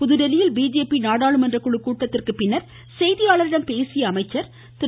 புதுதில்லியில் பிஜேபி நாடாளுமன்ற குழு கூட்டத்திற்கு பின்னர் செய்தியாளர்களிடம் பேசிய அமைச்சர் திரு